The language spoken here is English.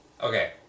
Okay